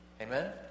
Amen